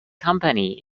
company